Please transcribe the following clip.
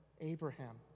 Abraham